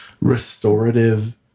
Restorative